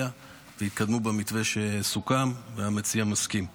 ויקדמו במתווה שסוכם והמציע מסכים לו.